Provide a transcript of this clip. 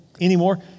anymore